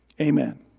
Amen